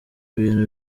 ibintu